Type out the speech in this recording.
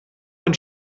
ein